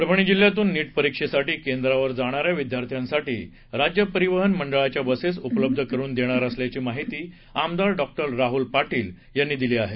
परभणी जिल्ह्यातून नीट परीक्षेसाठी केंद्रावर जाणा या विद्यार्थ्यांसाठी राज्य परिवहन मंडळाच्या बसेस उपलब्ध करुन देणार असल्याची माहिती आमदार डॉक्टर राहुल पाटील यांनी दिली आहे